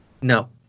No